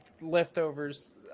leftovers